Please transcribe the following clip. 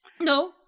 No